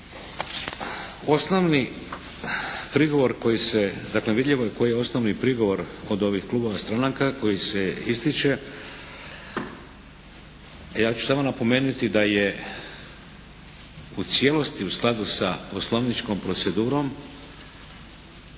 Osnovni prigovor koji se, dakle vidljivo je koji je osnovi prigovor od ovih klubova stranaka koji se ističe. Ja ću samo napomenuti da je u cijelosti u skladu sa poslovničkom procedurom